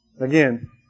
Again